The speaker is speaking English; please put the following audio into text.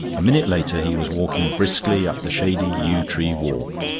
a minute later he was walking briskly up the shady yew-tree walk.